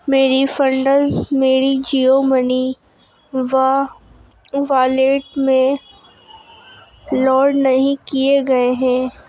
میری فنڈنس میری جیو منی وا والیٹ میں لوڈ نہیں کیے گئے ہیں